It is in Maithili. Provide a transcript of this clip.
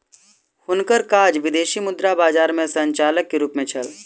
हुनकर काज विदेशी मुद्रा बजार में संचालक के रूप में छल